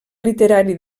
literari